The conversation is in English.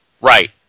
Right